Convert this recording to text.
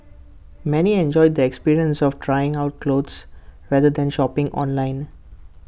many enjoyed the experience of trying on clothes rather than shopping online